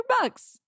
bucks